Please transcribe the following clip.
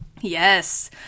yes